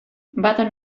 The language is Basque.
bat